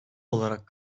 olarak